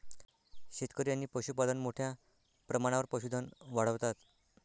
शेतकरी आणि पशुपालक मोठ्या प्रमाणावर पशुधन वाढवतात